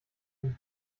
ihm